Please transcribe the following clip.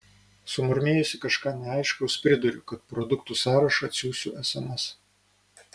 sumurmėjusi kažką neaiškaus priduriu kad produktų sąrašą atsiųsiu sms